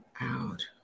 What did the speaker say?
out